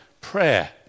prayer